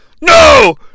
No